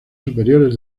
superiores